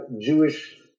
Jewish